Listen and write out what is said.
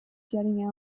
jetting